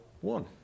one